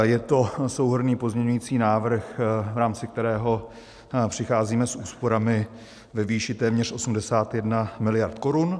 Je to souhrnný pozměňující návrh, v rámci kterého přicházíme s úsporami ve výši téměř 81 mld. korun.